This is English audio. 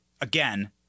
again